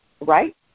right